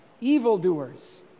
evildoers